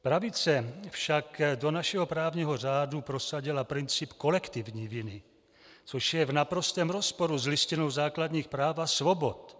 Pravice však do našeho právního řádu prosadila princip kolektivní viny, což je v naprostém rozporu s Listinou základních práv a svobod.